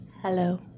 Hello